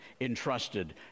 entrusted